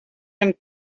and